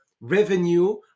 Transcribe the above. revenue